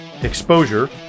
exposure